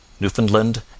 Newfoundland